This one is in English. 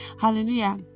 hallelujah